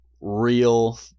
real